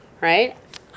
Right